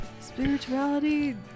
spirituality